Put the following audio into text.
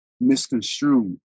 misconstrued